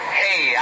hey